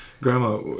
Grandma